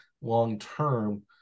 long-term